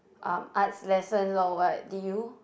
um arts lesson or what did you